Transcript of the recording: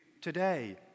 today